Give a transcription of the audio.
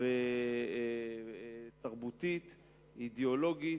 תרבותית ואידיאולוגית,